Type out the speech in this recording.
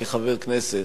כחבר כנסת,